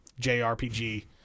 JRPG